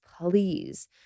please